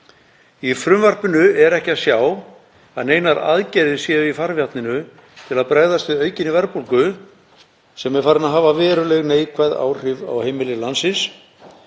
er miður. Ekki er að sjá að neinar aðgerðir séu í farvatninu til að bregðast við aukinni verðbólgu sem er farin að hafa veruleg neikvæð áhrif á heimili landsins